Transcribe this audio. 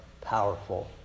powerful